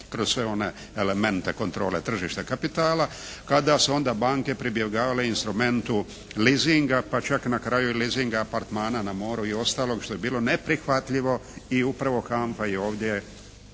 kroz sve one elemente kontrole tržišta kapitala kada su onda banke pribjegavale instrumentu leasinga pa čak na kraju i leasinga apartmana na moru i ostalog što je bilo neprihvatljivo i upravo HANFA je ovdje